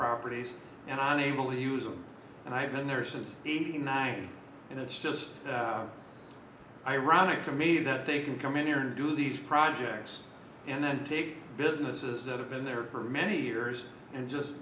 properties and i'm able to use them and i've been there since eighty nine and it's just ironic to me that they can come in here and do these projects and then take businesses that have been there for many years and just